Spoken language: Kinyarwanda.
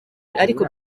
ariko